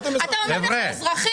אתה אומר "אזרחים",